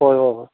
ꯍꯣꯏ ꯍꯣꯏ ꯍꯣꯏ